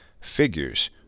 figures